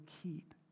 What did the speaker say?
keep